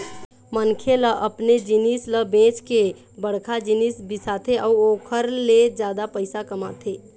मनखे ह अपने जिनिस ल बेंच के बड़का जिनिस बिसाथे अउ ओखर ले जादा पइसा कमाथे